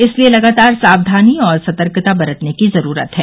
इसलिये लगातार सावधानी और सतर्कता बरतने की जरूरत है